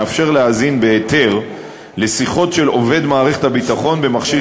מאפשר להאזין בהיתר לשיחות של עובד מערכת הביטחון במכשיר